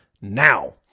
now